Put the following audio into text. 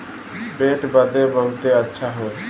पेट बदे बहुते अच्छा हौ